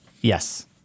Yes